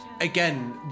again